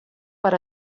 per